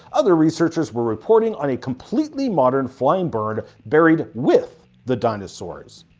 other researchers were reporting on a completely modern, flying bird buried with the dinosaurs.